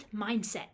mindset